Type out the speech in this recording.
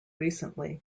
recently